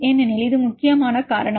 ஏனெனில் இது முக்கியமாக காரணம்